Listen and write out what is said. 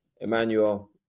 Emmanuel